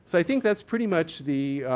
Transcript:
so think that's pretty much the